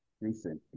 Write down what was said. recently